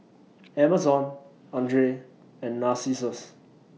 Amazon Andre and Narcissus